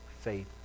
faith